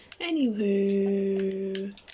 Anywho